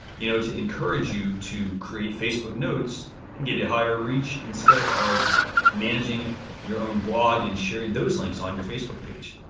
you know to encourage you to create facebook notes and give you higher reach instead of managing your own blog and sharing those links on your facebook page?